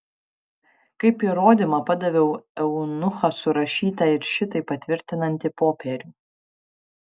kaip įrodymą padaviau eunucho surašytą ir šitai patvirtinantį popierių